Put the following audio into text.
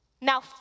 Now